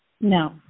No